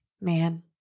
Man